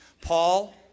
Paul